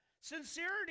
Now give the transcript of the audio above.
Sincerity